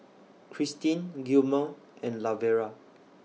Christin Gilmore and Lavera